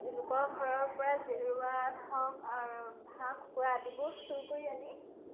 লোকৰ ঘৰৰ পৰা জেৰুৱা হওক আৰু হাঁহ কুকুৰা আদিবোৰ চুৰ কৰি আনি